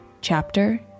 Chapter